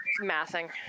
mathing